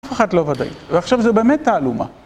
אף אחד לא וודאי, ועכשיו זה באמת תעלומה.